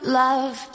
love